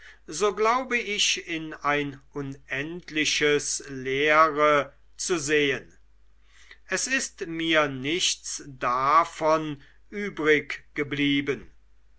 so glaube ich in ein unendliches leere zu sehen es ist mir nichts davon